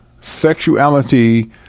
Sexuality